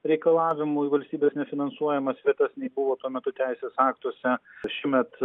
reikalavimų į valstybės nefinansuojamas vietas nei buvo tuo metu teisės aktuose šiemet